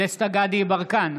דסטה גדי יברקן,